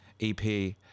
EP